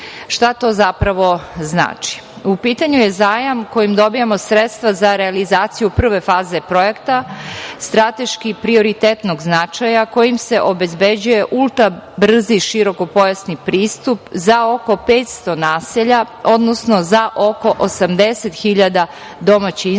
to zapravo znači? U pitanju je zajam kojim dobijamo sredstva za realizaciju prve faze projekta, strateški prioritetnog značaja kojim se obezbeđuje ultra brzi širokopojasni pristup za oko 500 naselja, odnosno za oko 80.000 domaćinstava